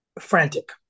frantic